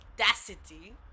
audacity